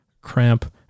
cramp